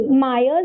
Myers